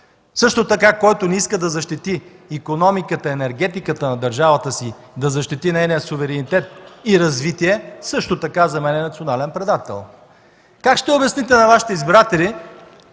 Също така, който не иска да защити икономиката, енергетиката на държавата си, да защити нейния суверенитет и развитие, за мен е национален предател. Как ще обясните на Вашите избиратели,